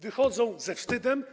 Wychodzą ze wstydem.